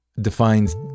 defines